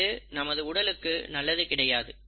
இது நமது உடலுக்கு நல்லது கிடையாது